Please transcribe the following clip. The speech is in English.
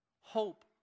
Hope